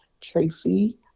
Tracy